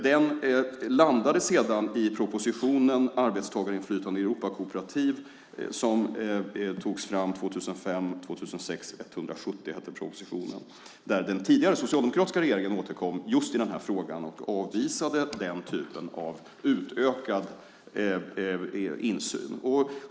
Den landade sedan i propositionen Arbetstagarinflytande i europakooperativ ; propositionen har beteckningen 2005/06:170. Där återkom den tidigare socialdemokratiska regeringen i just denna fråga och avvisade den typen av utökad insyn.